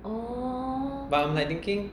but I'm like thinking